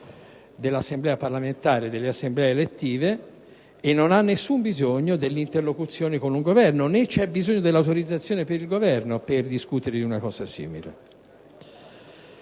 dell'Assemblea parlamentare, delle Assemblee elettive, e non c'è alcun bisogno dell'interlocuzione con il Governo, né c'è bisogno dell'autorizzazione del Governo per discutere di una cosa simile.